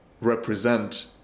represent